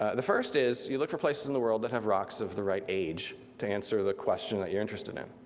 ah the first is you look for places in the world that have rocks of the right age to answer the question that you're interested in.